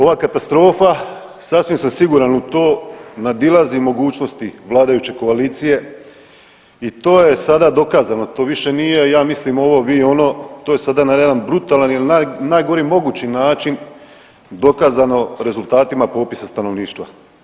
Ova katastrofa sasvim sam siguran u to nadilazi mogućnosti vladajuće koalicije i to je sada dokazano, to više nije ja mislim ovo, vi ono to je sada na jedan brutalan ili najgori mogući način dokazano rezultatima popisa stanovništva.